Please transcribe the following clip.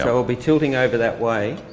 so it'll be tilting over that way